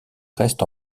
restent